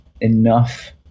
enough